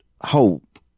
hope